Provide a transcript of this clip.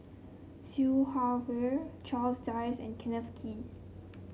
Siew Her Charles Dyce and Kenneth Kee